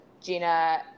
Gina